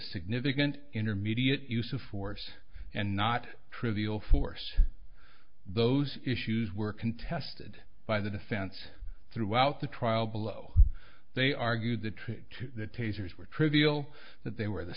significant intermediate use of force and not trivial force those issues were contested by the defense throughout the trial below they argued the trick to the tasers were trivial that they were the